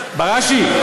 בראשי.